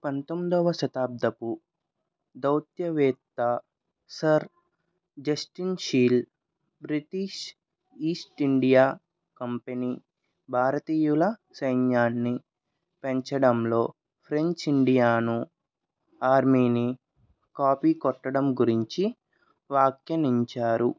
పంతొమ్మిదొవ శతాబ్దపు దౌత్యవేత్త sir Justin Sheil British East India company భారతీయుల సైన్యాన్ని పెంచడంలో ఫ్రెంచ్ ఇండియాను ఆర్మీని కాపీ కొట్టడం గురించి వాఖ్యనించారు